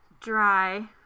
Dry